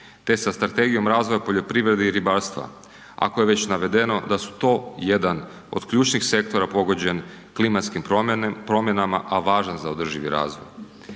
te sa Strategijom razvoja poljoprivrede i ribarstva ako je već navedeno da su to jedan od ključnih sektora pogođen klimatskim promjenama, a važan za održivi razvoj.